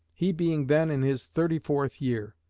he being then in his thirty fourth year.